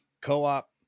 co-op